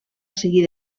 seguir